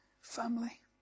family